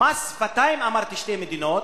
כמס שפתיים אמרתי "שתי מדינות",